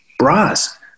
bras